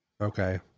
Okay